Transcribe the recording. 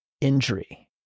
injury